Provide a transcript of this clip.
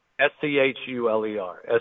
s-c-h-u-l-e-r